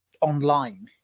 online